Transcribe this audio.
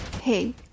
Hey